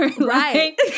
right